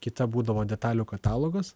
kita būdavo detalių katalogas